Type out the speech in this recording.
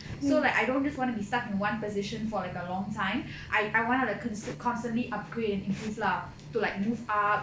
so like I don't just to be stuck in one position for like a long time I want to like constantly upgrade and improve lah to like move up